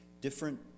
different